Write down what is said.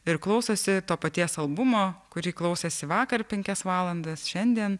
ir klausosi to paties albumo kurį klausėsi vakar penkias valandas šiandien